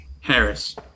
Harris